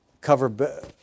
cover